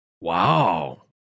Wow